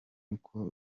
uko